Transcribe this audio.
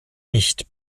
nicht